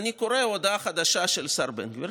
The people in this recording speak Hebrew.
אני קורא הודעה חדשה של השר בן גביר,